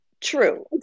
true